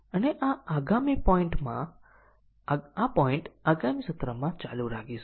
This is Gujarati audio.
હમણાં આપણે આ સાથે સમાપ્ત કરીશું